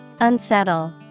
Unsettle